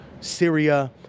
Syria